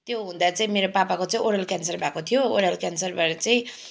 त्यो हुँदा चाहिँ मेरो पापाको चाहिँ ओरल क्यान्सर भएको थियो ओरल क्यान्सर भएर चाहिँ